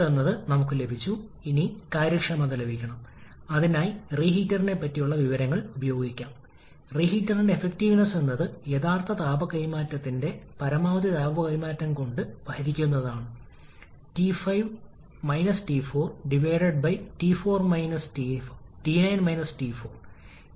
അതിനായി നമ്മൾ ഇത് ഒപ്റ്റിമൈസ് ചെയ്യണം അതായത് നമ്മൾ ഇതിനെ വേർതിരിക്കേണ്ടതുണ്ട് അതിനാൽ സ്ഥിരമായ പദങ്ങൾ നീക്കംചെയ്ത് അത് n പുറത്ത് എടുക്കുക അതിനാൽ നമ്മൾക്ക് വളരെ ലളിതമാണ് യഥാർത്ഥത്തിൽ രൂപം അതായത് ഇന്റർമീഡിയറ്റ് മർദ്ദം രണ്ട് അങ്ങേയറ്റത്തെ മർദ്ദത്തിന്റെ ജ്യാമിതീയ മാധ്യമം മാത്രമാണെന്ന് നമുക്ക് കാണാൻ കഴിയും